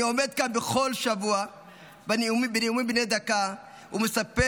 אני עומד כאן בכל שבוע בנאומים בני דקה ומספר